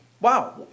Wow